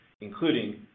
including